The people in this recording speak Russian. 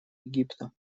египта